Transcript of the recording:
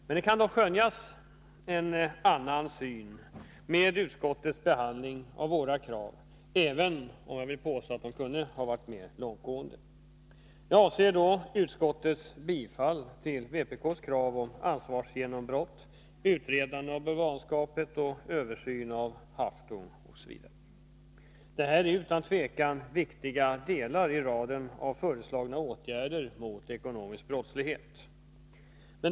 Det kan med utskottets behandling av våra krav dock skönjas en annan syn, även om jag anser att de föreslagna åtgärderna kunnat vara mer långtgående. Jag avser då utskottets tillstyrkan av vpk:s krav om ansvarsgenombrott och förslagen om att utreda frågan om bulvanskap och att göra en översyn avs.k. haftung. Det är utan tvivel viktiga delar i raden av föreslagna åtgärder mot ekonomisk brottslighet.